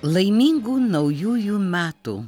laimingų naujųjų metų